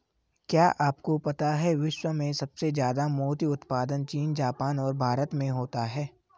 क्या आपको पता है विश्व में सबसे ज्यादा मोती उत्पादन चीन, जापान और भारत में होता है?